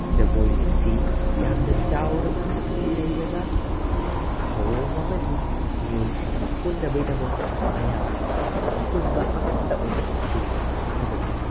ꯖꯒꯣꯏ ꯑꯁꯤ ꯌꯥꯝꯅ ꯆꯥꯎꯔꯕ ꯁꯛꯇꯤ ꯂꯩꯔꯕ ꯊꯧꯑꯣꯡ ꯑꯃꯅꯤ ꯃꯤꯑꯣꯏꯁꯤꯡꯕꯨ ꯄꯨꯟꯅꯕꯒꯤꯗꯃꯛ ꯃꯌꯥꯝꯕꯨ ꯑꯄꯨꯟꯕ ꯑꯃꯠꯇ ꯑꯣꯏꯅ ꯂꯤꯆꯦꯜꯗ ꯄꯨꯈꯠꯅꯕꯒꯤ